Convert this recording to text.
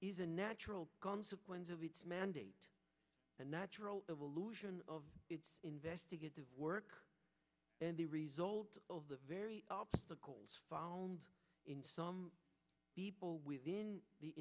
is a natural consequence of the mandate and natural evolution of its investigative work and the result of the very obstacles found in some people within the